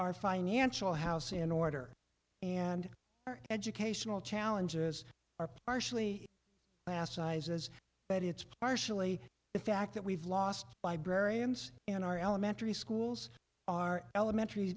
our financial house in order and our educational challenges are partially class sizes but it's partially the fact that we've lost librarians in our elementary schools our elementary